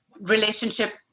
relationship